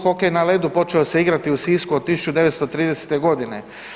Hokej na ledu počeo se igrati u Sisku od 1930. godine.